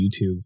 YouTube